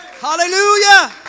Hallelujah